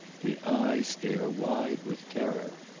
the eyes stare wide with terror.